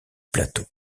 plateau